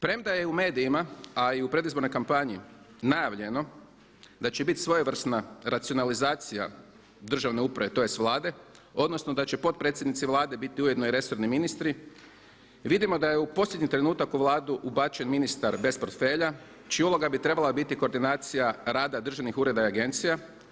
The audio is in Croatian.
Premda je u i medijima a i u predizbornoj kampanji najavljeno da će biti svojevrsna racionalizacija državne uprave tj. Vlade, odnosno da će potpredsjednici Vlade biti ujedno i resorni ministri, vidimo da je u posljednji trenutak u Vladu ubačen ministar bez portfelja čija uloga bi trebala biti koordinacija rada državnih ureda i agencija.